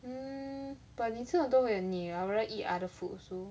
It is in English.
mm but 你吃很多会很腻 I rather eat other foods also